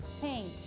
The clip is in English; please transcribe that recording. paint